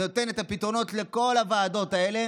נותנת את כל הפתרונות לכל הוועדות האלה,